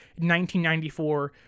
1994